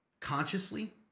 consciously